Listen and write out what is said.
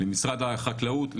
למשרד החקלאות,